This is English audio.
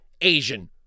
Asian